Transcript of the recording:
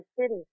City